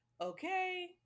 okay